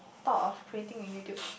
talk of creating a YouTube